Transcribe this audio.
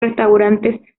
restaurantes